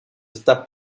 esta